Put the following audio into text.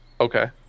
Okay